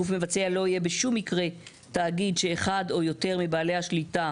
גוף מבצע לא יהיה בשום מקרה תאגיד שאחד או יותר מבעלי השליטה,